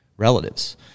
relatives